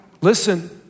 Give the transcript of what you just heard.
listen